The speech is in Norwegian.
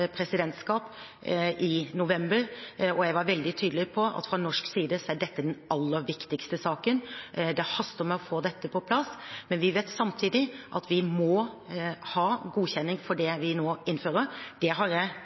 presidentskap i november, og jeg var veldig tydelig på at fra norsk side er dette den aller viktigste saken. Det haster med å få dette på plass, men vi vet samtidig at vi må ha godkjenning for det vi nå innfører. Det har jeg